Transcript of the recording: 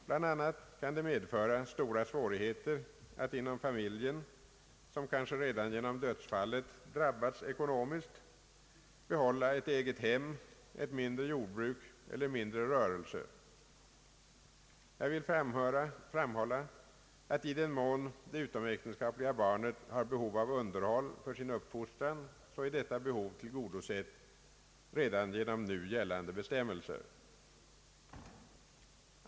Bl.a. kan det medföra stora svårigheter att inom familjen, som kanske redan genom dödsfallet har drabbats ekonomiskt, behålla ett eget hem, ett mindre jordbruk eller en mindre rörelse. Jag vill framhålla att i den mån det utomäktenskapliga barnet har behov av underhåll för sin uppfostran så är detta behov tillgodosett redan genom nu gällande bestämmelser.